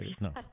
no